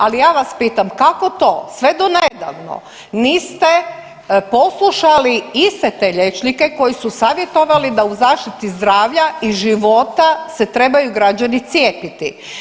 Ali ja vas pitam, kako to sve donedavno niste poslušali iste te liječnike koji su savjetovali da u zaštiti zdravlja i života se trebaju građani cijepiti?